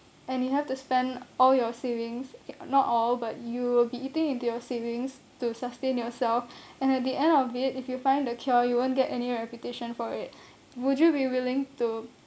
and you have to spend all your savings not all but you will be eating into your savings to sustain yourself and at the end of it if you find the cure you won't get any reputation for it would you be willing to